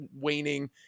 waning